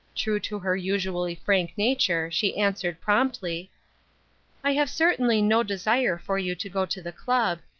true to her usually frank nature, she answered, promptly i have certainly no desire for you to go to the club,